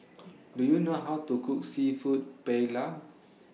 Do YOU know How to Cook Seafood Paella